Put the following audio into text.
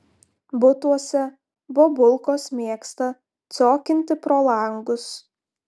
butuose bobulkos mėgsta ciokinti pro langus